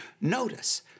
notice